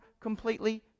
completely